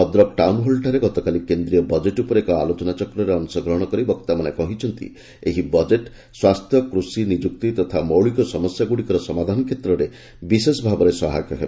ଭଦ୍ରକ ଟାଉନ୍ହଲଠାରେ ଗତକାଲି କେନ୍ଦ୍ରୀୟ ବଜେଟ୍ ଉପରେ ଏକ ଆଲୋଚନାଚକ୍ରରେ ଅଂଶଗ୍ରହଣ କରି ବକ୍ତାମାନେ କହିଛନ୍ତି ଏହି ବଜେଟ୍ ସ୍ୱାସ୍ଥ୍ୟ କୃଷି ନିଯୁକ୍ତି ତଥା ମୌଳିକ ସମସ୍ୟାଗୁଡ଼ିକ ସମାଧାନ କ୍ଷେତ୍ରରେ ବିଶେଷଭାବରେ ସହାୟକ ହେବ